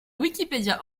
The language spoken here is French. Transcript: wikipédia